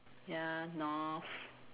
ya north